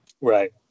Right